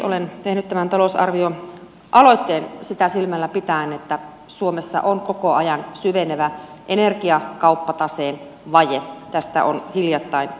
olen tehnyt tämän talousarvioaloitteen sitä silmällä pitäen että suomessa on koko ajan syvenevä energiakauppataseen vaje tästä on hiljattain uutisoitu